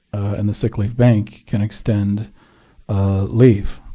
and the sick leave bank can extend leave.